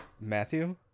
Matthew